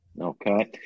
Okay